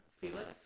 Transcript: Felix